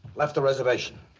left the reservation.